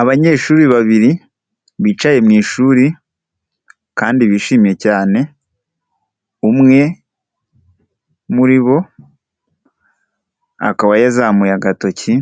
Abanyeshuri babiri bicaye mu ishuri kandi bishimye cyane, umwe muri bo akaba yazamuye agatoki